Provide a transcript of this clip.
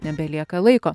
nebelieka laiko